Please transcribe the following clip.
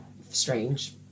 strange